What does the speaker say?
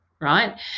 right